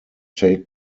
take